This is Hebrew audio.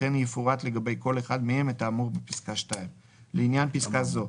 וכן יפורט לגבי כל אחד מהם גם האמור בפסקה (2); לעניין פסקה זו,